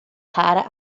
rara